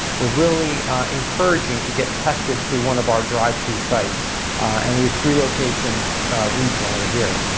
we're really encouraging to get tested through one of our drive-thru sites and we have three locations regionally here.